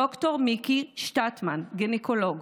ד"ר מיקי שטטמן, גינקולוג,